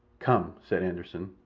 come! said anderssen.